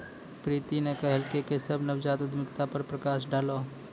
प्रीति न कहलकै केशव नवजात उद्यमिता पर प्रकाश डालौ